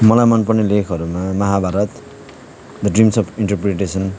मलाई मनपर्ने लेखहरूमा Mahabharata the dreams of interpretation